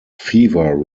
fever